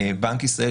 בנק ישראל,